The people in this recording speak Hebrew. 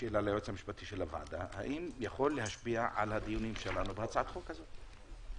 פסק דין יכול להשפיע על הדיונים שלנו בהצעת החוק הזאת?